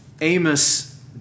Amos